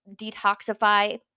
detoxify